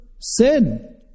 Sin